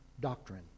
doctrine